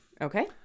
Okay